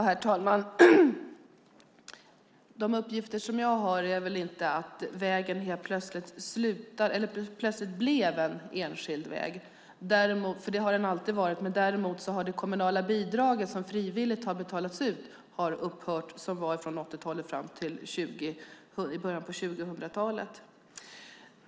Herr talman! De uppgifter jag har är inte att vägen helt plötsligt blev en enskild väg, för det har den alltid varit. Däremot har det kommunala bidraget, som frivilligt betalades ut från 1980-talet fram till början av 2000-talet, upphört.